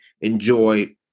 enjoy